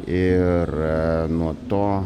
ir nuo to